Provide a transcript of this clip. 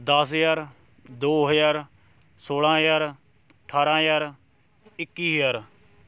ਦਸ ਹਜ਼ਾਰ ਦੋ ਹਜ਼ਾਰ ਸੋਲ੍ਹਾਂ ਹਜ਼ਾਰ ਅਠਾਰ੍ਹਾਂ ਹਜ਼ਾਰ ਇੱਕੀ ਹਜ਼ਾਰ